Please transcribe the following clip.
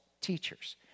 teachers